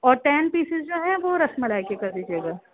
اور ten pieces جو ہیں وہ رس ملائی کے کر دیجیے گا